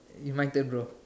eh my turn bro